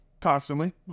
constantly